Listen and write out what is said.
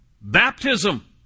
baptism